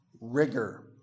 Rigor